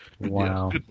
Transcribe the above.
Wow